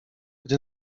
gdy